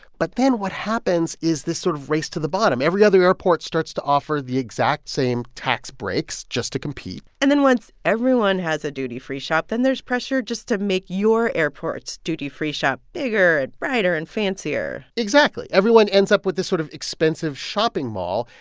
but then what happens is this sort of race to the bottom. every other airport starts to offer the exact same tax breaks just to compete and then once everyone has a duty-free shop, then there's pressure just to make your airport's duty-free shop bigger and brighter and fancier exactly. everyone ends up with this sort of expensive shopping mall,